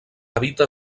habita